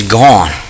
gone